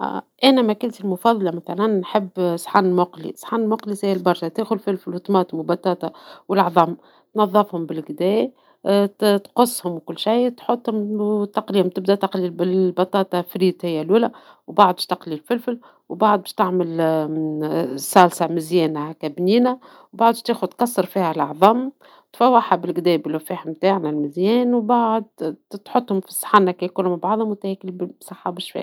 انا ماكلتي المفضلة مثلا نحب صحن مقلي ، صحن مقلي ساهل برشا تأخذ فلفل وطماطم وبطاطا والعظم وتنظفهم بالقدا تقصهم وكل شي ، تحطهم وتقليهم تبدى تقلي بالبطاطا الفريت هي لولى ، وبعد باش تقلي الفلفل ، وبعد باش تعمل صلصة مزيانة بنينة ، وبعد باش تأخذ تكسر فيها العظم تفوحها بالقدا باللفاح تاعنا المزيان وبعد تحطهم في الصحن هكا يأكلهم بعضهم وتأكل بالصحة والشفا